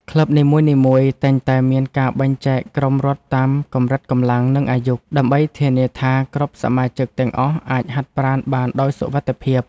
ក្លឹបនីមួយៗតែងតែមានការបែងចែកក្រុមរត់តាមកម្រិតកម្លាំង និងអាយុ ដើម្បីធានាថាគ្រប់សមាជិកទាំងអស់អាចហាត់ប្រាណបានដោយសុវត្ថិភាព។